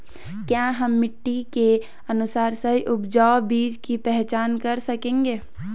क्या हम मिट्टी के अनुसार सही उपजाऊ बीज की पहचान कर सकेंगे?